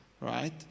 right